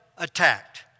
attacked